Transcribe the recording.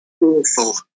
awful